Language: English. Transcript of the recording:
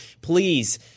please